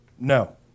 no